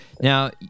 now